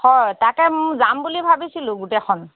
হয় তাকে যাম বুলি ভাবিছিলোঁ গোটেইখন